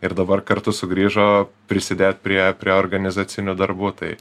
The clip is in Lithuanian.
ir dabar kartu sugrįžo prisidėt prie prie organizacinių darbų tai